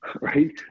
right